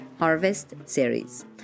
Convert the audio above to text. HarvestSeries